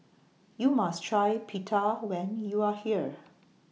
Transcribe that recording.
YOU must Try Pita when YOU Are here